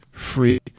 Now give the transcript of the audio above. free